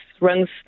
runs